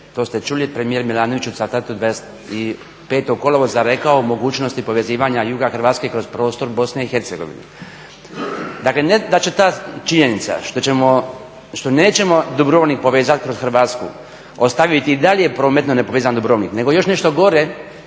to ste čuli, premijer Milanović u Cavtatu 25. kolovoza rekao o mogućnosti povezivanja juga Hrvatske kroz prostor Bosne i Hercegovine. Dakle, ne da će ta činjenica što ćemo, što nećemo Dubrovnik povezati kroz Hrvatsku, ostaviti i dalje prometno nepovezan Dubrovnik, nego još nešto gore